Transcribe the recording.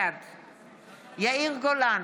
בעד יאיר גולן,